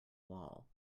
wall